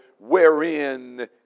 Wherein